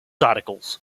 articles